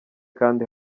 kandi